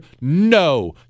No